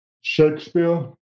Shakespeare